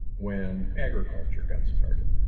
when agriculture got started.